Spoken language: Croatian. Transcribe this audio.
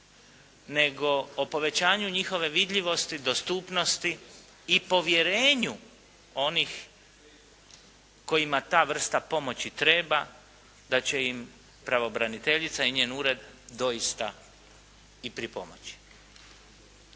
nego o povećanju njihove vidljivosti, dostupnosti i povjerenju onih kojima ta vrsta pomoći treba da će im pravobraniteljica i njen ured doista i pripomoći.